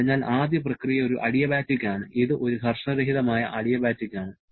അതിനാൽ ആദ്യ പ്രക്രിയ ഒരു അഡിയബാറ്റിക് ആണ് ഇത് ഒരു ഘർഷണരഹിതമായ അഡിയബാറ്റിക് ആണ്